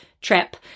trip